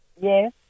Yes